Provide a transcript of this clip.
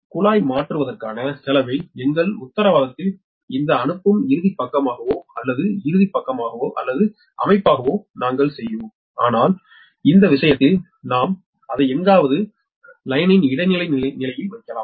குழாய் மாற்றுவதற்கான செலவை எங்கள் உத்தரவாதத்தில் இந்த அனுப்பும் இறுதிப் பக்கமாகவோ அல்லது இறுதிப் பக்கமாகவோ அல்லது அமைப்பாகவோ நாங்கள் செய்கிறோம் ஆனால் இந்த விஷயத்தில் நாம் அதை எங்காவது வரியின் இடைநிலை நிலையில் வைக்கலாம்